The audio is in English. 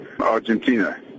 Argentina